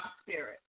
spirit